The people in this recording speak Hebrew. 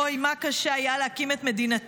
הוי, מה קשה, היה להקים את מדינתנו.